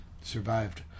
survived